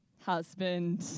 Husband